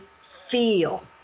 feel